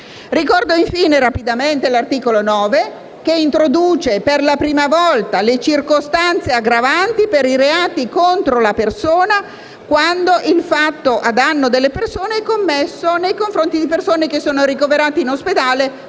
Ricordo, infine, l'articolo 9, che introduce per la prima volta le circostanze aggravanti per i reati contro la persona quando il fatto in danno della persona è commesso nei confronti di persone ricoverate in ospedale